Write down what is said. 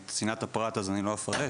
שמצנעת הפרט אז אני לא אפרט,